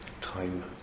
time